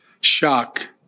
Shock